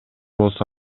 болсо